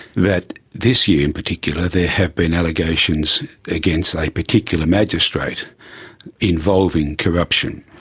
that this year in particular there have been allegations against a particular magistrate involving corruption.